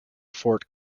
fort